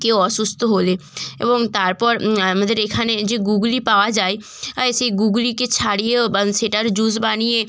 কেউ অসুস্থ হলে এবং তারপর আমাদের এখানে যে গুগলি পাওয়া যায় আয় সেই গুগলিকে ছাড়িয়েও বা সেটার জুস বানিয়ে